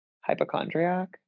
hypochondriac